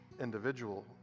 individual